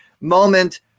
moment